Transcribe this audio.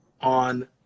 on